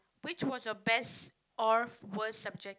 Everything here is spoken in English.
which was your best or worst subject